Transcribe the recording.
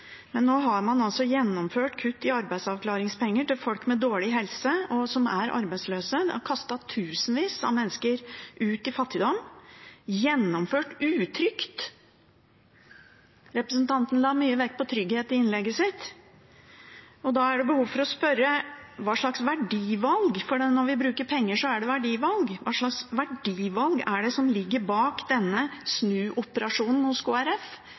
Nå har man altså gjennomført kutt i arbeidsavklaringspenger for folk med dårlig helse og som er arbeidsløse. Det har kastet tusenvis av mennesker ut i fattigdom – gjennomført utrygt. Representanten la mye vekt på trygghet i innlegget sitt, og da er det behov for å spørre – for når vi bruker penger, så er det verdivalg: Hva slags verdivalg er det som ligger bak denne snuoperasjonen hos